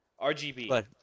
RGB